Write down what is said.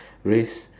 raise